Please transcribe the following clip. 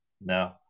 no